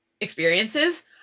experiences